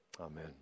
Amen